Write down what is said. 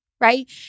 right